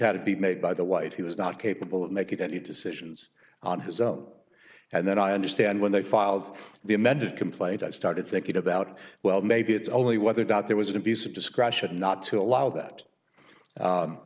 had to be made by the white he was not capable of making any decisions on his own and then i understand when they filed the amended complaint i started thinking about well maybe it's only whether doubt there was a piece of discretion not to allow that